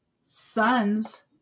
sons